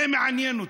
זה מעניין אותי.